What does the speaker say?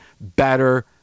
better